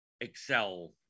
excel